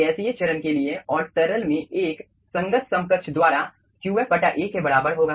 गैसीय चरण के लिए और तरल में एक संगत समकक्ष द्वारा Qf A के बराबर होगा